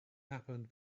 happened